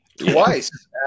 Twice